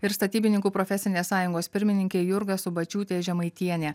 ir statybininkų profesinės sąjungos pirmininkė jurga subačiūtė žemaitienė